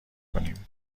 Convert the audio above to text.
کنیم